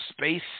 space